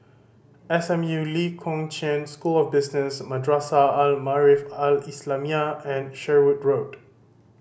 S M U Lee Kong Chian School of Business Madrasah Al Maarif Al Islamiah and Sherwood Road